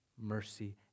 mercy